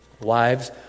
wives